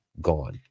gone